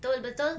betul betul